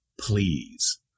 please